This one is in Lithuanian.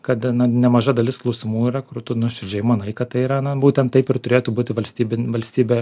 kad na nemaža dalis klausimų yra kur tu nuoširdžiai manai kad tai yra na būtent taip ir turėtų būti valstybin valstybė